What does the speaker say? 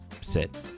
sit